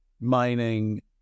mining